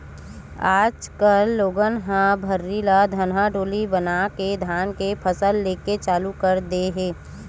आज कल लोगन ह भर्री ल धनहा डोली बनाके धान के फसल लेके चालू कर दे हे